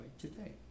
today